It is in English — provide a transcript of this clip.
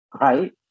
right